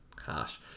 Harsh